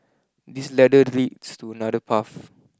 this ladder leads to another path